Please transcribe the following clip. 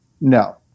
no